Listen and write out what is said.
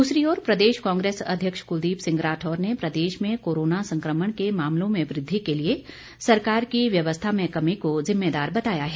दूसरी ओर प्रदेश कांग्रेस अध्यक्ष कुलदीप सिंह राठौर ने प्रदेश में कोरोना संक्रमण के मामलों में वृद्वि के लिए सरकार की व्यवस्था में कमी को जिम्मेवार बताया है